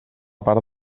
part